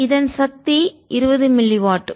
இதன் சக்தி 20 milli watt